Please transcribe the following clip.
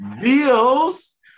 Bills